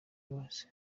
bose